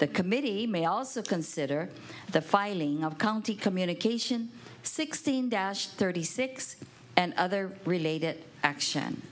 the committee may also consider the filing of county communication sixteen dash thirty six and other related action